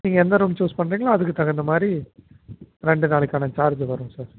நீங்கள் எந்த room choose பண்ணுறீங்களோ அதுக்கு தகுந்த மாதிரி ரெண்டு நாளைக்கான சார்ஜ்ஜி வரும் சார்